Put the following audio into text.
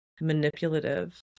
manipulative